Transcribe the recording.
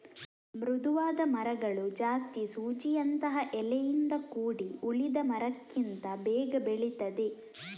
ಮೃದುವಾದ ಮರಗಳು ಜಾಸ್ತಿ ಸೂಜಿಯಂತಹ ಎಲೆಯಿಂದ ಕೂಡಿ ಉಳಿದ ಮರಕ್ಕಿಂತ ಬೇಗ ಬೆಳೀತದೆ